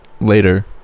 later